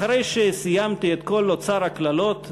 אחרי שסיימתי את כל אוצר הקללות,